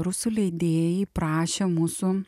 rusų leidėjai prašė mūsų